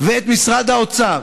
ואת משרד האוצר